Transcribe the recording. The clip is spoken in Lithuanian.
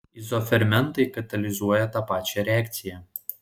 izofermentai katalizuoja tą pačią reakciją